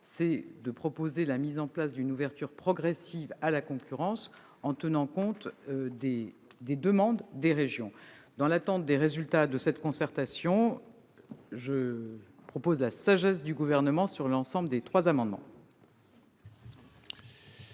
est de proposer la mise en place d'une ouverture progressive à la concurrence en tenant compte des demandes des régions. Dans l'attente des résultats de cette concertation, je m'en remets à la sagesse du Sénat sur les trois amendements.